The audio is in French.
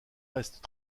restent